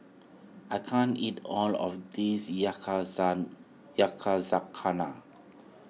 I can't eat all of this Yakizakana